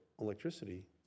electricity